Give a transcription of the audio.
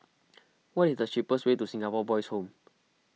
what is the cheapest way to Singapore Boys' Home